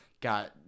got